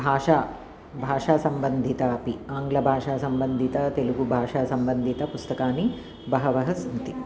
भाषा भाषा सम्बन्धित अपि आङ्ग्लभाषासम्बन्धित तेलुगुभाषासम्बन्धित पुस्तकानि बहवः सन्ति